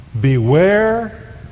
Beware